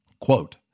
Quote